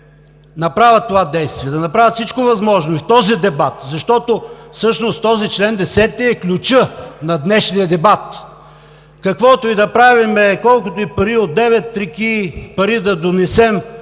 направят това действие, да направят всичко възможно и в този дебат, защото всъщност този чл. 10 е ключът на днешния дебат… Каквото и да правим, колкото и пари от девет реки да донесем